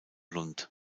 lund